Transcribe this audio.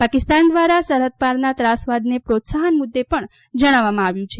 પાકિસ્તાન દ્વારા સરહદ પારના ત્રાસવાદને પ્રોત્સાહન મુદ્દે પણ જણાવવામાં આવ્યું છે